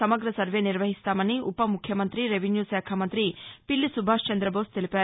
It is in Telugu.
సమగ్ర నర్వే నిర్వహిస్తామని ఉవ ముఖ్యమంతితి రెవెన్యూ ళాఖ మంతి వీల్లి సుభాష్ చం్రదబోస్ తెలిపారు